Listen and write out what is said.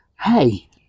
Hey